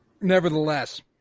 nevertheless